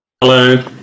Hello